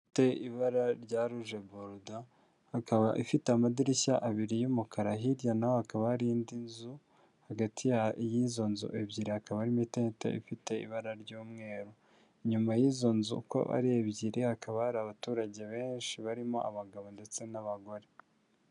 Ifite ibara rya ruje borudo, akaba ifite amadirishya abiri y'umukara, hirya naho hakaba hari indi nzu, hagati y'izo nzu ebyiri, hakaba hari itente ifite ibara ry'umweru. Inyuma y'izo nzu uko ari ebyiri, hakaba hari abaturage benshi barimo abagabo ndetse n'abagore.